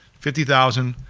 fifty thousand,